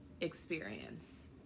experience